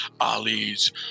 Ali's